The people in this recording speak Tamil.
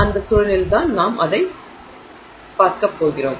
எனவே அந்தச் சூழலில்தான் நாம் அதைப் பார்க்கிறோம்